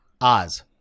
oz